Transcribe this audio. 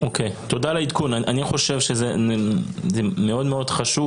תודה על העדכון, אני חושב שזה מאוד חשוב.